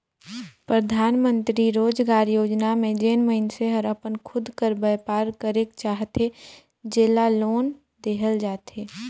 परधानमंतरी रोजगार योजना में जेन मइनसे हर अपन खुद कर बयपार करेक चाहथे जेला लोन देहल जाथे